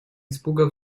испуга